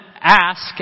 ask